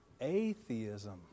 atheism